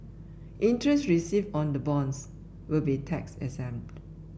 interest received on the bonds will be tax exempt